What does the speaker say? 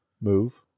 move